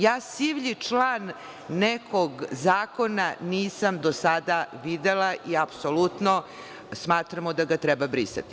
Ja sivlji član nekog zakona nisam do sada videla i apsolutno smatramo da ga treba brisati.